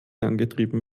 angetrieben